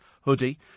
hoodie